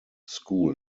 school